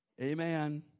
Amen